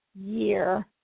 year